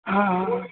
हा हा हा